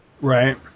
Right